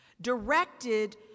directed